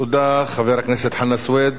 תודה, חבר הכנסת חנא סוייד.